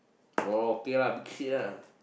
oh okay lah big shit lah